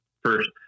first